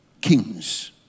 kings